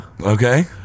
Okay